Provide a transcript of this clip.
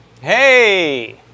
Hey